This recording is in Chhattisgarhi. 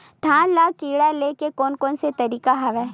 धान ल कीड़ा ले के कोन कोन तरीका हवय?